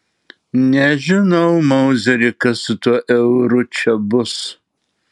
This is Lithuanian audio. nežinau mauzeri kas su tuo euru čia bus